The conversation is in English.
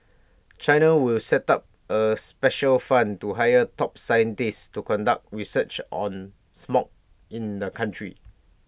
China will set up A special fund and hire top scientists to conduct research on smog in the country